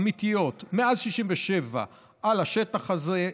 אמיתיות, מאז 1967, על השטח הזה.